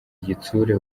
igitsure